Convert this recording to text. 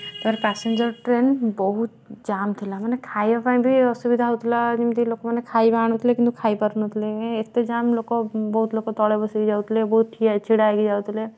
ତା ପରେ passenger train ବହୁତ ଜାମ୍ ଥିଲା ମାନେ ଖାଇବା ପାଇଁ ବି ଅସୁବିଧା ହଉଥିଲା ଯେମିତି ଲୋକମାନେ ଖାଇବା ଆଣୁଥିଲେ କିନ୍ତୁ ଖାଇ ପାରୁ ନଥିଲେ ଏତେ ଜାମ୍ ଲୋକ ବହୁତ ଲୋକ ତ ତଳେ ବସିକି ଯାଉଥିଲେ ବହୁତ ଠିଆ ଛିଡ଼ା ହେଇକି ଯାଉଥିଲେ